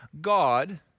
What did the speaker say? God